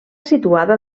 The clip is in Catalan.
situada